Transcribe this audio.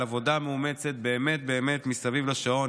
על עבודה מאומצת באמת באמת מסביב לשעון,